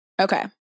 Okay